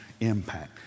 impact